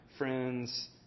Friends